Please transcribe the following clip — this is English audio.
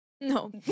No